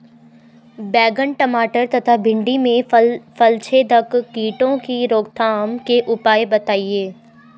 बैंगन टमाटर तथा भिन्डी में फलछेदक कीटों की रोकथाम के उपाय बताइए?